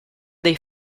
dei